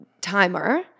timer